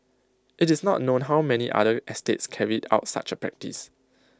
IT is not known how many other estates carried out such A practice